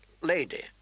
Lady